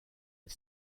and